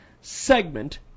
segment